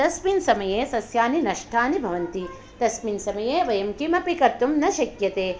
तस्मिन् समये सस्यानि नष्टानि भवन्ति तस्मिन् समये वयं किमपि कर्तुं न शक्यते